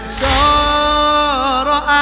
sorrow